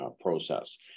process